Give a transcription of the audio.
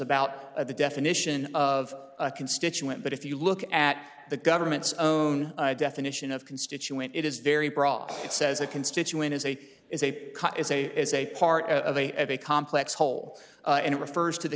about the definition of a constituent but if you look at the government's own definition of constituent it is very broad it says a constituent is a is a is a is a part of a complex whole and it refers to the